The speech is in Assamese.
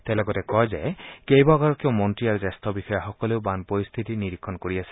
তেওঁ লগতে কয় যে কেইবাগৰাকীও মন্ত্ৰী আৰু জ্যেষ্ঠ বিষয়াসকলেও বান পৰিস্থিতি নিৰীক্ষণ কৰি আছে